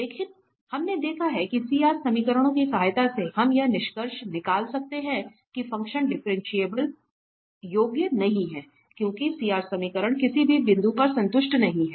लेकिन हमने देखा है कि CR समीकरणों की सहायता से हम यह निष्कर्ष निकाल सकते हैं कि फंक्शन डिफरेंशिएबल योग्य नहीं है क्योंकि CR समीकरण किसी भी बिंदु पर संतुष्ट नहीं हैं